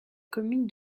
commune